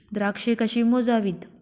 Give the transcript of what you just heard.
द्राक्षे कशी मोजावीत?